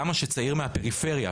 למה שצעיר מהפריפריה,